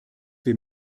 wir